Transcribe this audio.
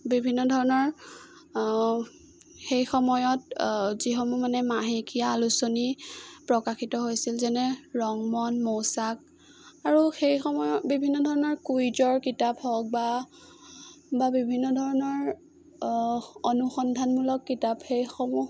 বিভিন্ন ধৰণৰ সেই সময়ত যিসমূহ মানে মাহেকীয়া আলোচনী প্ৰকাশিত হৈছিল যেনে ৰংমন মৌচাক আৰু সেই সময়ত বিভিন্ন ধৰণৰ কুইজৰ কিতাপ হওক বা বা বিভিন্ন ধৰণৰ অনুসন্ধানমূলক কিতাপ সেইসমূহ